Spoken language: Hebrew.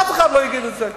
אף אחד לא יגיד את זה כאן.